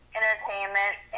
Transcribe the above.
entertainment